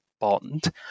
bond